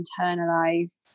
internalized